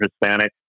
Hispanic